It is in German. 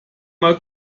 mal